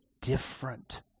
different